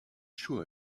sure